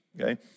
okay